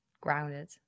grounded